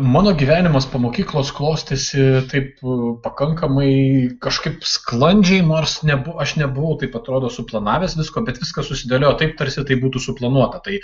mano gyvenimas po mokyklos klostėsi taip pakankamai kažkaip sklandžiai nors nebuvo aš nebuvau taip atrodo suplanavęs visko bet viskas susidėliojo taip tarsi tai būtų suplanuota tai